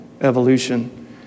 evolution